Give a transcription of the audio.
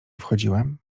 wchodziłem